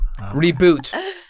Reboot